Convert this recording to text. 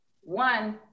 One